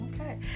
Okay